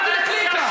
התכוונתי לקליקה.